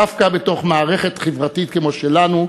דווקא בתוך מערכת חברתית כמו שלנו,